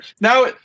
Now